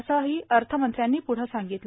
असंही अर्थमंत्र्यांनी प्रढं सांगितलं